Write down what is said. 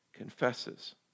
confesses